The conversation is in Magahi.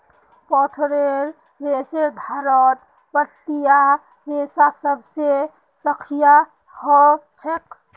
पौधार रेशेदारत पत्तीर रेशा सबसे सख्त ह छेक